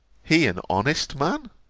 he an honest man?